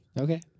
Okay